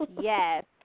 Yes